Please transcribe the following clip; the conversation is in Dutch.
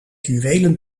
juwelen